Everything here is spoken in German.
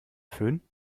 fön